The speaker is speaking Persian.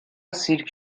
سیرک